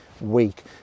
week